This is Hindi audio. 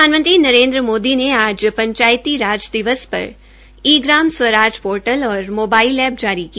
प्रधानमंत्री नरेन्द्र मोदी ने आज पंचायती राज दिवस पर ई ग्राम स्वराज पोर्टल् और मोबाइल एप्प जारी की